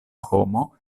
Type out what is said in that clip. homo